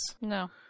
No